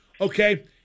Okay